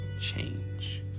change